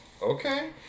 Okay